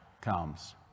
comes